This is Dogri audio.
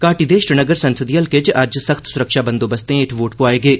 घाटी दे श्रीनगर संसदी हलके च अज्ज सख्त सुरक्षा बंदोबस्तें हेठ वोट पुआए गे